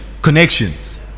connections